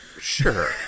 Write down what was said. sure